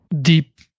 deep